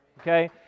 Okay